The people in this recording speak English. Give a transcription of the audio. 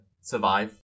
survive